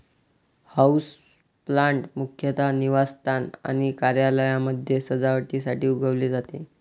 houseplant मुख्यतः निवासस्थान आणि कार्यालयांमध्ये सजावटीसाठी उगवले जाते